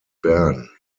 bern